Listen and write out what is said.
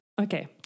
Okay